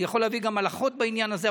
אני יכול להביא גם הלכות בעניין הזה,